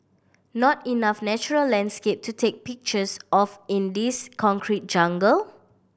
not enough natural landscape to take pictures of in this concrete jungle